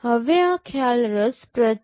હવે આ ખ્યાલ રસપ્રદ છે